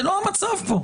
זה לא המצב פה.